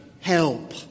help